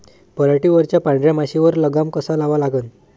पराटीवरच्या पांढऱ्या माशीवर लगाम कसा लावा लागन?